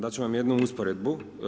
Dati ću vam jednu usporedbu.